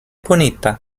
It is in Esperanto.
punita